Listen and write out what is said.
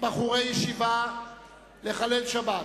בחורי ישיבה לחלל שבת.